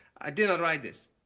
i did not write this,